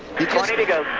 twenty to go.